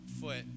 foot